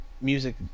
music